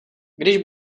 když